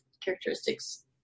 characteristics